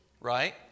Right